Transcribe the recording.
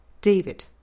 David